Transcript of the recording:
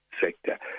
sector